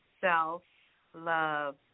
Self-Love